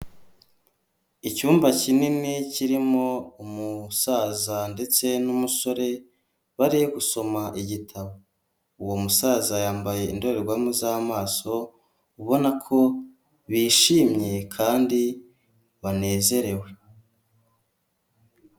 Icyumba kinini kirimo umusaza ndetse n'umusore bari gusoma igitabo, uwo musaza yambaye indorerwamo z'amaso ubona ko bishimye kandi banezerewe.